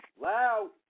Loud